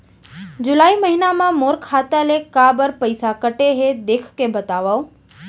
जुलाई महीना मा मोर खाता ले काबर पइसा कटे हे, देख के बतावव?